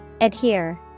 Adhere